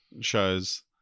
shows